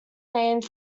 named